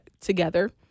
together